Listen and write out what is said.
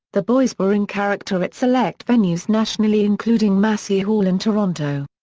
the boys were in character at select venues nationally including massey hall in toronto.